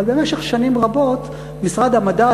אבל במשך שנים רבות משרד המדע,